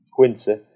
Quincy